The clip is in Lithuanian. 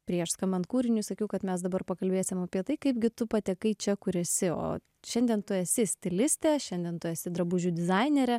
prieš skambant kūriniui sakiau kad mes dabar pakalbėsim apie tai kaipgi tu patekai čia kur esi o šiandien tu esi stilistė šiandien tu esi drabužių dizainerė